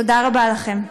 תודה רבה לכם.